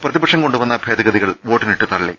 പ്രതിപക്ഷം കൊണ്ടുവന്ന ഭേദഗതികൾ വോട്ടിനിട്ടു തള്ളി